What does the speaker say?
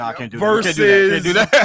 versus